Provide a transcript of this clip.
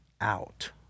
out